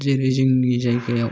जेरै जोंनि जायगायाव